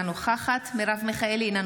אינה נוכחת מרב מיכאלי,